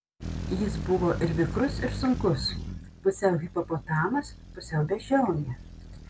jis buvo ir vikrus ir sunkus pusiau hipopotamas pusiau beždžionė